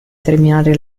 terminare